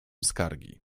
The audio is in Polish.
skargi